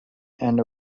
and